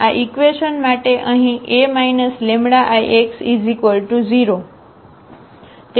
આ ઈક્વેશન માટે અહીં A λIx0